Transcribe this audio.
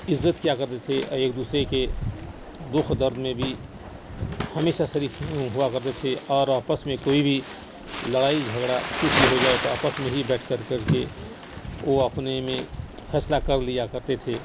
عزت کیا کرتے تھے اور ایک دوسرے کے دکھ درد میں بھی ہمیشہ شریک ہوا کرتے تھے اور آپس میں کوئی بھی لڑائی جھگڑا کچھ بھی ہو جائے تو آپس میں ہی بیٹھ کر کر کے وہ اپنے میں فیصلہ کر لیا کرتے تھے